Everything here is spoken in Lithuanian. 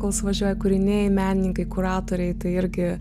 kol suvažiuoja kūriniai menininkai kuratoriai tai irgi